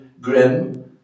grim